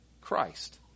Christ